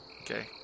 okay